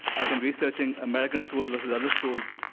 i've been researching american schools versus other schools,